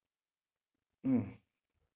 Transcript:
mm